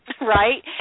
Right